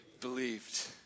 Believed